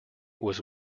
was